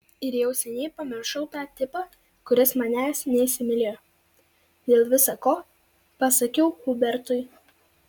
ir jau seniai pamiršau tą tipą kuris manęs neįsimylėjo dėl visa ko pasakiau hubertui